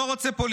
שעל פי